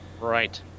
Right